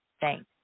Thanks